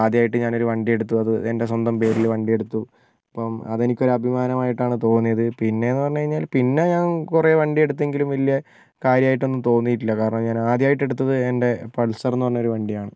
ആദ്യമായിട്ട് ഞാൻ ഒരു വണ്ടിയെടുത്തു അത് എന്റെ സ്വന്തം പേരിൽ വണ്ടി എടുത്തു അപ്പം അത് എനിക്കൊരു അഭിമാനം ആയിട്ടാണ് തോന്നിയത് പിന്നെ എന്ന് പറഞ്ഞു കഴിഞ്ഞാൽ പിന്നെ ഞാൻ കുറെ വണ്ടിയെടുത്തെങ്കിലും വലിയ കാര്യമായിട്ടൊന്നും തോന്നിയിട്ടില്ല കാരണം ഞാൻ ആദ്യമായിട്ട് എടുത്തത് എന്റെ പൾസർ എന്ന് പറഞ്ഞ ഒരു വണ്ടിയാണ്